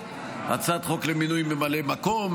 הצעת חוק למינוי ממלא מקום,